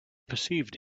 perceived